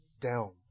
down